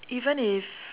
even if